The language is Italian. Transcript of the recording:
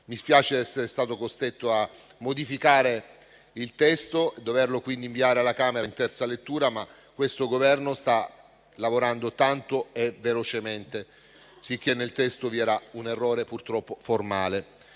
Mi spiace essere stato costretto a modificare il testo e doverlo quindi inviare alla Camera in terza lettura, ma questo Governo sta lavorando tanto e velocemente, sicché nel testo vi era, purtroppo, un errore formale.